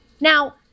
Now-